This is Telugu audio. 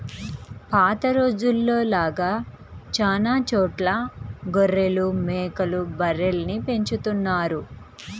పాత రోజుల్లో లాగా చానా చోట్ల గొర్రెలు, మేకలు, బర్రెల్ని పెంచుతున్నారు